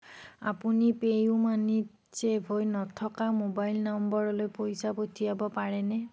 আপুনি পে'ইউ মানিত ছেইভ হৈ নথকা ম'বাইল নম্বৰলৈ পইচা পঠিয়াব পাৰেনে